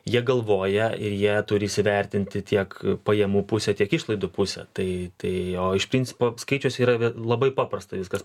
jie galvoja ir jie turi įsivertinti tiek pajamų pusę tiek išlaidų pusę tai tai jo iš principo skaičius yra labai paprasta viskas